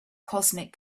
cosmic